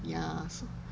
ya so